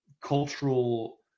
cultural